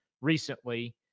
recently